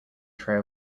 tray